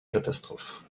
catastrophe